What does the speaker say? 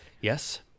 Yes